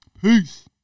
Peace